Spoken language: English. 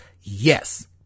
Yes